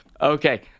okay